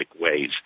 ways